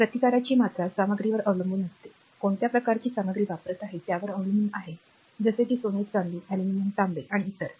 प्रतिकाराची मात्रा सामग्रीवर अवलंबून असेल कोणत्या प्रकारची सामग्री वापरत आहे यावर अवलंबून आहे जसे की सोने चांदी अॅल्युमिनियम तांबे आणि इतर